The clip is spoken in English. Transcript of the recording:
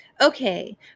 okay